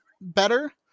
better